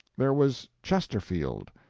there was chesterfield.